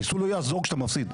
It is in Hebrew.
מיסוי לא יעזור כשאתה מפסיד.